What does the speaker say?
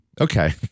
Okay